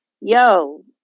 yo